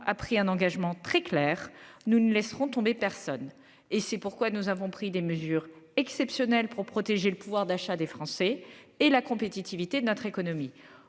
a pris un engagement très clair : nous ne laisserons tomber personne ! C'est aussi la raison pour laquelle nous avons pris des mesures exceptionnelles pour protéger le pouvoir d'achat des Français et la compétitivité de notre économie